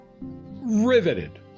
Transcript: riveted